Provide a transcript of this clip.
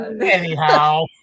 Anyhow